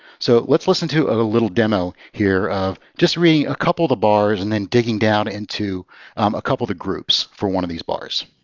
so let's listen to a little demo here of just reading a couple of the bars and then digging down into a couple of the groups for one of these bars.